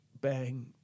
bang